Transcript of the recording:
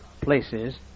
places